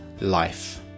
life